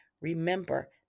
remember